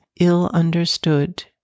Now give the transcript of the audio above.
ill-understood